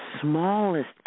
smallest